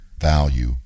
value